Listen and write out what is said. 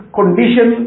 condition